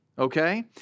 okay